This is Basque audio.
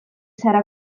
zara